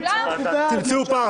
תמצאו פרטנר.